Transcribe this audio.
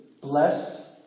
bless